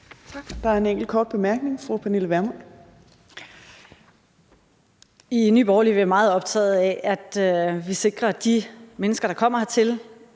I Nye Borgerlige er vi meget optaget af, at vi sikrer, at de mennesker, der kommer hertil,